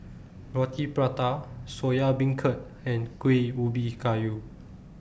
Roti Prata Soya Beancurd and Kuih Ubi Kayu